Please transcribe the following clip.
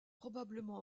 probablement